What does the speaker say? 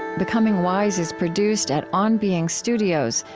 becoming wise is produced at on being studios,